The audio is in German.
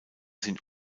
sind